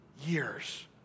years